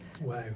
Wow